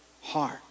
heart